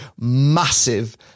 massive